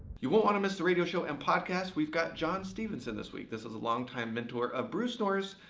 you won't want to miss the radio show and podcast. we've got john stephenson this week. this is a longtime mentor of bruce norris,